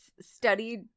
studied